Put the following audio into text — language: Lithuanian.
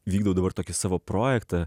vykdau dabar tokį savo projektą